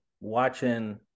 watching